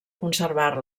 conservar